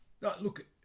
look